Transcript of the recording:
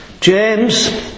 James